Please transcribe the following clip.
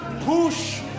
push